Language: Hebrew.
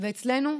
ואצלנו,